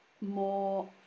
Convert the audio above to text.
more